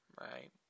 right